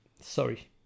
sorry